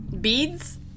Beads